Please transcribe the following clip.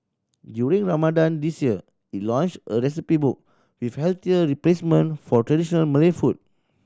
during Ramadan this year it launched a recipe book with healthier replacement for traditional Malay food